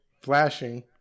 flashing